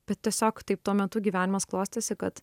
bet tiesiog taip tuo metu gyvenimas klostėsi kad